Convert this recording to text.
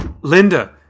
Linda